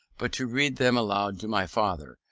but to read them aloud to my father,